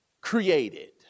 created